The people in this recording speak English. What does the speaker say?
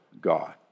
God